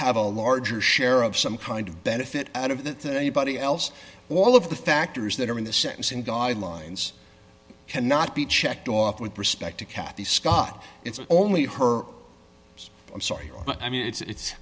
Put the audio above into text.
have a larger share of some kind of benefit out of that than anybody else all of the factors that are in the sentencing guidelines cannot be checked off with respect to kathy scott it's only her i'm sorry i mean it's